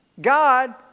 God